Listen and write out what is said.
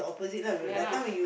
ya lah